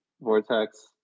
Vortex